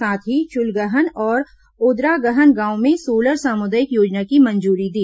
साथ ही चुलगहन और ओदरागहन गांव में सोलर सामुदायिक योजना की मंजूरी दी